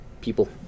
people